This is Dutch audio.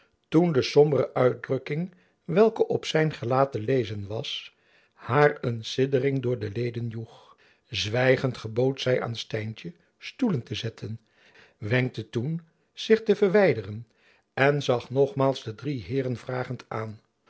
toen de sombere uitdrukking welke op zijn gelaat te lezen was haar een siddering door de leden joeg zwijgend gebood zy aan stijntjen stoelen te zetten wenkte haar toen zich te verwijderen en zag nogmaals de drie heeren vragend aan